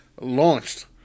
launched